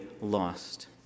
lost